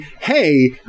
hey